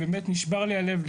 בוקר טוב לכולם,